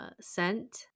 scent